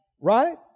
right